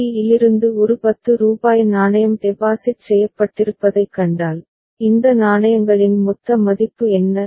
C இலிருந்து ஒரு ரூபாய் 10 நாணயம் டெபாசிட் செய்யப்பட்டிருப்பதைக் கண்டால் இந்த நாணயங்களின் மொத்த மதிப்பு என்ன